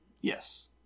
yes